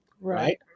right